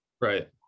right